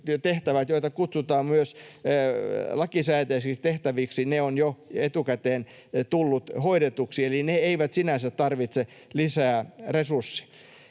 joita kutsutaan myös lakisääteisiksi tehtäviksi, ovat jo etukäteen tulleet hoidetuiksi. Eli ne eivät sinänsä tarvitse lisää resurssia.